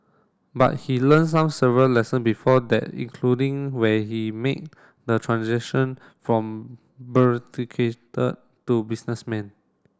but he learnt some several lesson before that including when he made the transition from to businessman